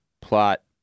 plot